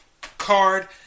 card